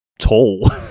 tall